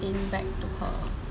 back to her